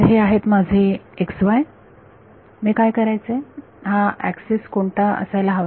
तर हे आहेत माझे x y मी काय करायचे हा एक्सिस कोणता असायला हवा